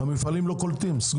אבל המפעלים סגורים,